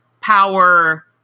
power